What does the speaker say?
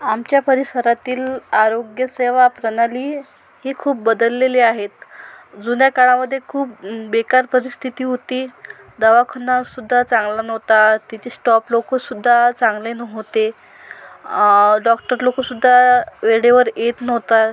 आमच्या परिसरातील आरोग्यसेवा प्रणाली ही खूप बदललेली आहेत जुन्या काळामध्ये खूप बेकार परिस्थिती होती दवाखानासुद्धा चांगला नव्हता तिथे स्टॉप लोकंसुद्धा चांगले नव्हते डॉक्टरलोकसुद्धा वेळेवर येत नव्हता